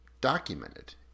documented